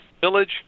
Village